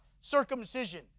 circumcision